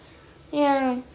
ya